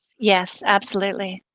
yes, absolutely.